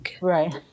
right